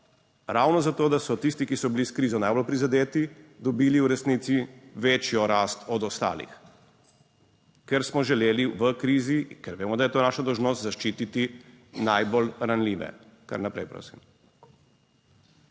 Ravno zato, da so tisti, ki so bili s krizo najbolj prizadeti, dobili v resnici večjo rast od ostalih, ker smo želeli v krizi, ker vemo, da je to naša dolžnost, zaščititi najbolj ranljive. In ja, tudi